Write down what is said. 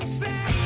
say